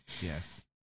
Yes